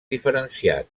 diferenciat